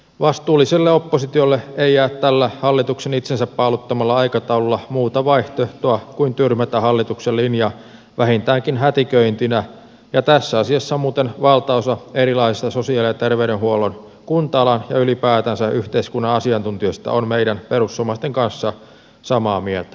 vastuulliselle oppositiolle ei jää tällä hallituksen itsensä paaluttamalla aikataululla muuta vaihtoehtoa kuin tyrmätä hallituksen linja vähintäänkin hätiköintinä ja tässä asiassa muuten valtaosa erilaisista sosiaali ja terveydenhuollon kunta alan ja ylipäätänsä yhteiskunnan asiantuntijoista on meidän perussuomalaisten kanssa samaa mieltä